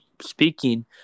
speaking